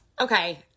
okay